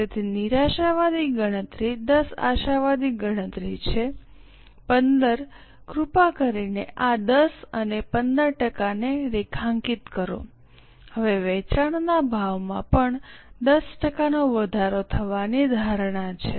તેથી નિરાશાવાદી ગણતરી 10 આશાવાદી ગણતરી છે 15 કૃપા કરીને આ 10 અને 15 ટકાને રેખાંકિત કરો હવે વેચવાના ભાવમાં પણ 10 ટકાનો વધારો થવાની ધારણા છે